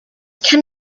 can